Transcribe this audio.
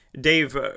Dave